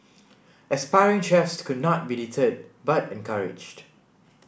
aspiring chefs could not be deterred but encouraged